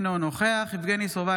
אינו נוכח יבגני סובה,